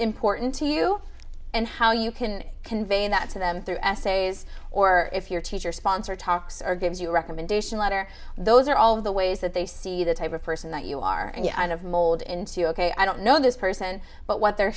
important to you and how you can convey that to them through essays or if your teacher sponsor talks or gives you a recommendation letter those are all of the ways that they see the type of person that you are and of mold into ok i don't know this person but what they're